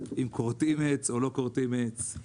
אם כורתים עץ או לא כורתים עץ.